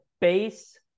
base